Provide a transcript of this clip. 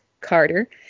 carter